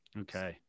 okay